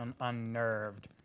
unnerved